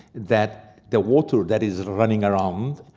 that the water that is running around,